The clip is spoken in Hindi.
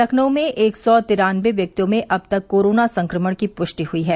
लखनऊ में एक सौ तिरानबे व्यक्तियों में अब तक कोरोना संक्रमण की पुष्टि हुई है